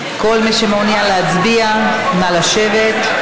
כל מי שמעוניין להצביע, נא לשבת.